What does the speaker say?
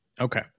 Okay